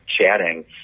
chatting